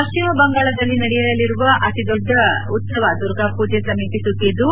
ಪಶ್ಚಿಮ ಬಂಗಾಳದಲ್ಲಿ ನಡೆಯಲಿರುವ ಅತಿ ದೊಡ್ಡ ಉತ್ಸವ ದುರ್ಗಾ ಪೂಜೆ ಸಮೀಪಸುತ್ತಿದ್ದು